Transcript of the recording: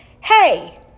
Hey